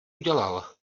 udělal